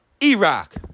E-Rock